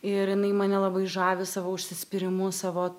ir jinai mane labai žavi savo užsispyrimu savo